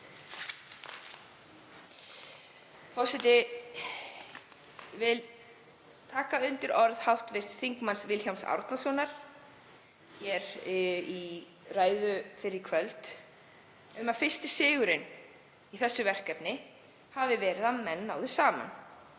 Forseti. Ég vil taka undir orð hv. þm. Vilhjálms Árnasonar í ræðu hér fyrr í kvöld um að fyrsti sigurinn í þessu verkefni hafi verið að menn náðu saman,